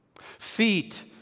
Feet